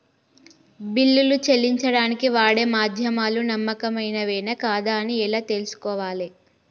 బిల్లులు చెల్లించడానికి వాడే మాధ్యమాలు నమ్మకమైనవేనా కాదా అని ఎలా తెలుసుకోవాలే?